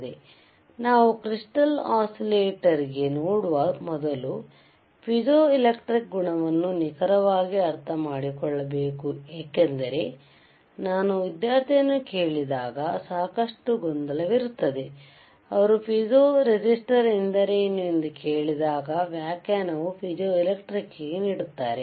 ಆದ್ದರಿಂದ ನಾವುಕ್ರಿಸ್ಟಾಲ್ ಒಸಿಲೇಟಾರ್ ಕ್ಕೆ ನೋಡುವ ಮೊದಲು ಪೀಜೋಎಲೆಕ್ಟ್ರಿಕ್ ಗುಣವನ್ನು ನಿಖರವಾಗಿ ಅರ್ಥಮಾಡಿಕೊಳ್ಳಬೇಕು ಏಕೆಂದರೆ ನಾನು ವಿದ್ಯಾರ್ಥಿಯನ್ನು ಕೇಳಿದಾಗ ಸಾಕಷ್ಟು ಗೊಂದಲವಿದೆ ಅವರು ಪೀಜೋ ರೆಸಿಸ್ಟರ್ ಎಂದರೇನು ಎಂದು ಕೇಳಿದಾಗ ವ್ಯಾಖ್ಯಾನವು ಪೀಜೋಎಲೆಕ್ಟ್ರಿಕ್ ನದ್ದಾಗಿದೆ